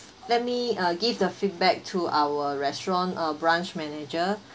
let me uh feedback uh your f~ let me uh give the feedback to our restaurant uh branch manager